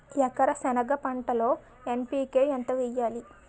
ఎకర సెనగ పంటలో ఎన్.పి.కె ఎంత వేయాలి?